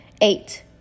Eight